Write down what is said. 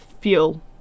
fuel